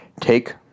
take